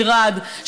עירד,